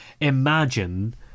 imagine